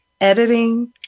editing